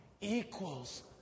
equals